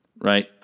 Right